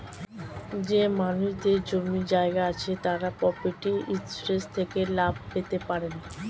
যেই মানুষদের জমি জায়গা আছে তারা প্রপার্টি ইন্সুরেন্স থেকে লাভ পেতে পারেন